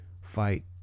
fight